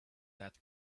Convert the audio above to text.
that